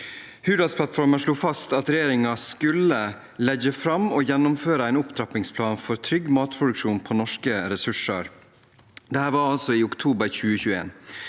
Hurdalsplattformen slo fast at regjeringen skulle legge fram og gjennomføre en opptrappingsplan for trygg matproduksjon på norske ressurser. Dette var altså i oktober 2021.